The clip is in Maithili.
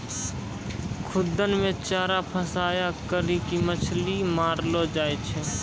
खुद्दन मे चारा फसांय करी के मछली मारलो जाय छै